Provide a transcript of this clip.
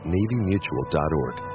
NavyMutual.org